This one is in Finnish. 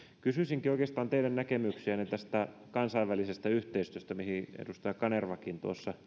kysyisinkin oikeastaan teidän näkemyksiänne tästä kansainvälisestä yhteistyöstä mihin edustaja kanervakin